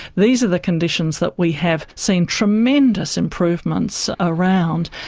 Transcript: these are the conditions that we have seen tremendous improvements around.